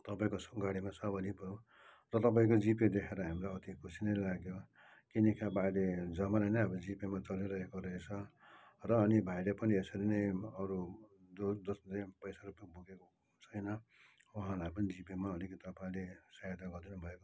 तपाईँको गाडीमा सवारी भयौँ र तपाईँको जिपे देखेर हामीलाई अति खुसी नै लाग्यो किनकि अब अहिले जमाना नै अब जिपेमा चलिरहेको रहेछ र अनि भाइले पनि यसरी नै अरू जो जसले पैसा रुपियाँ बोकेको छैन उहाँहरूलाई पनि जिपेमा अलिकति तपाईँहरूले सहायता गरिदिनु भएकोमा